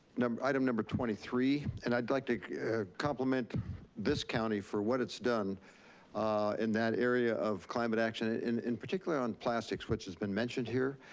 item number twenty three, and i'd like to compliment this county for what it's done in that area of climate action, in particular on plastics, which has been mentioned here.